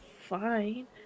fine